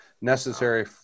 necessary